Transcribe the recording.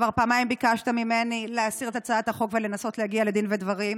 כבר פעמיים ביקשת ממני להסיר את הצעת החוק ולנסות להגיע לדין ודברים,